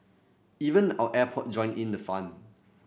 even our airport joined in the fun